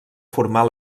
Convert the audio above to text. formar